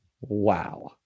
Wow